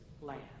land